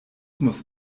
muss